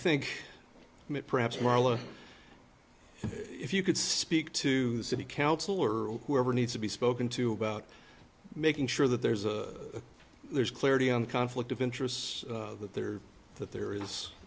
that perhaps marla if you could speak to the city council or whoever needs to be spoken to about making sure that there's a there's clarity on conflict of interests that there that